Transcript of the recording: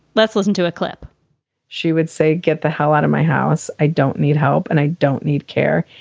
let's listen to a clip she would say, get the hell out of my house. i don't need help and i don't need care.